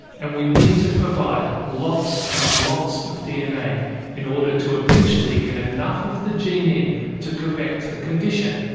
and we need to provide lots and lots of dna in order to eventually get enough of the gene in to correct the condition.